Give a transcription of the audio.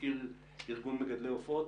מזכיר ארגון מגדלי העופות.